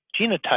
genotype